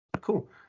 Cool